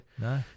No